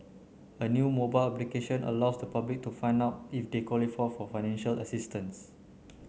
a new mobile application allows the public to find out if they qualify for financial assistance